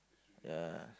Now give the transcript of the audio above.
ya